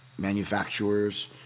manufacturers